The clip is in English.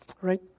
Right